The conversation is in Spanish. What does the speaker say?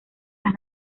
las